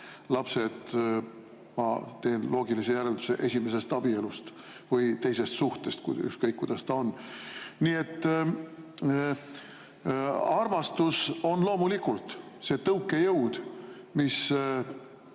lapsed, ma teen loogilise järelduse, esimesest abielust või teisest suhtest, ükskõik kuidas ta on. Nii et armastus on loomulikult see tõukejõud, mis